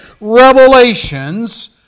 revelations